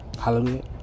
Hallelujah